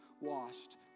washed